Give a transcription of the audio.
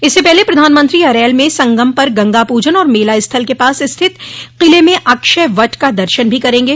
इससे पहले प्रधानमंत्री अरैल में संगम पर गंगा पूजन और मेला स्थल के पास स्थित किले में अक्षय वट का दर्शन भी करेंगे